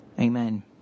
Amen